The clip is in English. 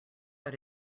out